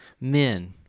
Men